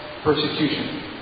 persecution